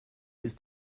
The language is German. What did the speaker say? ist